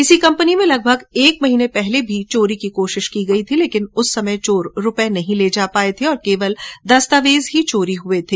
इसी कंपनी में लगभग एक महीने पहले भी चोरी की कोशिश की गई थी लेकिन उस समय चोर रुपए नहीं ले जाये पाय और केवल दस्तावेज चोरी हुए थे